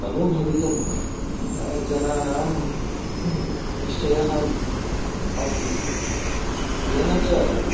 अनुभवितुं जनानां निश्चयः अभूत् तेन च